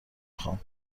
خوام